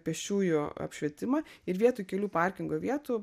pėsčiųjų apšvietimą ir vietoj kelių parkingo vietų